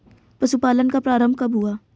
पशुपालन का प्रारंभ कब हुआ?